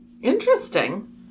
Interesting